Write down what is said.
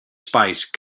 spice